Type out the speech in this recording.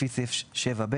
לפי סעיף 7(ב),